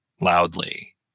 loudly